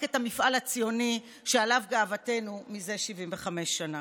את המפעל הציוני שעליו גאוותנו מזה 75 שנה?